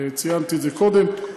ציינתי את זה קודם,